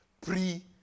pre